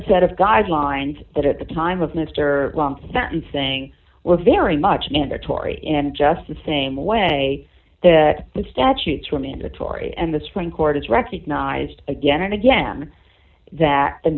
a set of guidelines that at the time of mr sentencing were very much mandatory in just the same way that the statutes are mandatory and the supreme court has recognized again and again that the